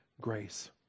grace